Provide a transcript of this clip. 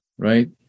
Right